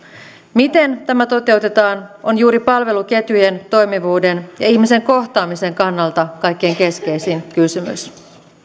miten tämä toteutetaan on juuri palveluketjujen toimivuuden ja ihmisen kohtaamisen kannalta kaikkein keskeisin kysymys